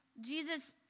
Jesus